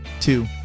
two